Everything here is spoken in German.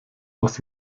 aus